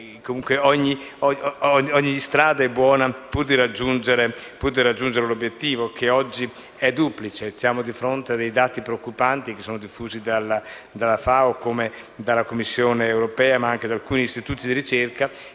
comunque è buona, pur di raggiungere l'obiettivo, che oggi è duplice. Siamo di fronte a dati preoccupanti, diffusi dalla FAO, dalla Commissione europea e da alcuni istituti di ricerca,